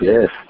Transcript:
Yes